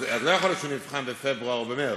אז לא יכול להיות שהוא נבחן בפברואר או במרס.